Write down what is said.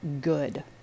good